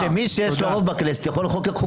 לא, שמי שיש לו רוב בכנסת יכול לחוקק חוקים.